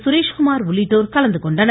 சுரேஷ்குமார் உள்ளிட்டோர் கலந்துகொண்டனர்